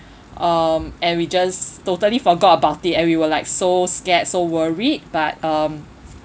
um and we just totally forgot about it and we were like so scared so worried but um